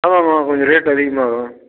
ஆமாம்மா கொஞ்சம் ரேட்டு அதிகமாகவும்